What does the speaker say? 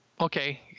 okay